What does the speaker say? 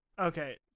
Okay